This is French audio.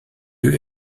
lieu